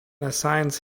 assigns